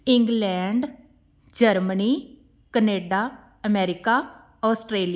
England Germany Canada America Australia